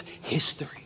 history